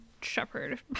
shepherd